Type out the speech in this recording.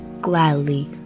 gladly